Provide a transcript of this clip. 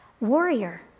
warrior